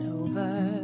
over